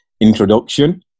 introduction